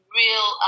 real